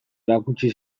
erakutsi